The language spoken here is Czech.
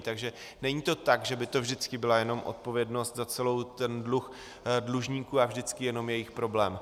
Takže není to tak, že by to vždycky byla jenom odpovědnost za celý dluh dlužníků a vždycky jenom jejich problém.